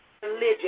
religion